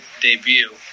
debut